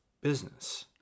business